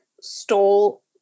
stole